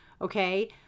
Okay